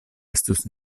estus